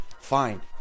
fine